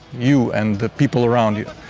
you and the people around you.